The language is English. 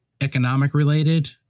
economic-related